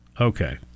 Okay